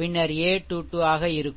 பின்னர் a22 ஆக இருக்கும்